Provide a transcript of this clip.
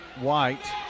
White